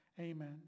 Amen